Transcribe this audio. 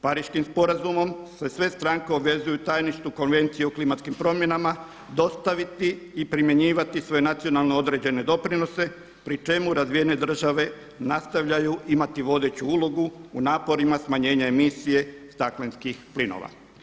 Pariškim sporazumom se sve stranke obvezuju … Konvencije o klimatskim promjenama dostaviti i primjenjivati svoje nacionalno određene doprinose pri čemu razvijene države nastavljaju imati vodeću ulogu u naporima smanjenja emisije staklenskih plinova.